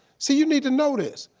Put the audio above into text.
see you need to know this.